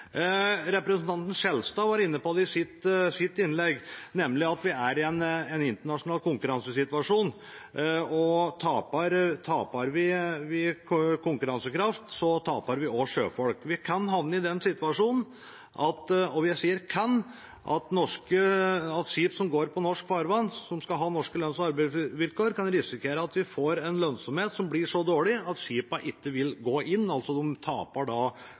internasjonal konkurransesituasjon, og taper vi konkurransekraft, taper vi også sjøfolk. Vi kan havne i den situasjonen – og jeg sier kan – med skip som går i norsk farvann og med norske lønns- og arbeidsvilkår, at vi kan risikere at vi får en lønnsomhet som blir så dårlig at skipene ikke vil gå inn, og en taper da